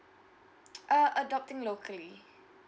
uh adopting locally